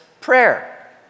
prayer